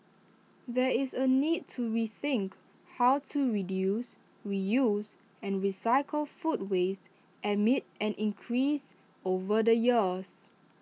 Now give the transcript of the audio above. there is A need to rethink how to reduce reuse and recycle food waste amid an increase over the years